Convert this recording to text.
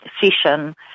session